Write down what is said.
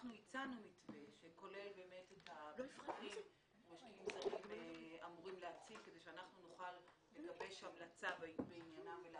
אנחנו